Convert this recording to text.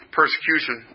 persecution